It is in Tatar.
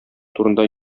турында